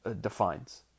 defines